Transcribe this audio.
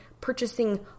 purchasing